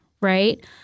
right